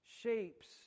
shapes